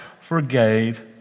forgave